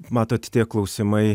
matot tie klausimai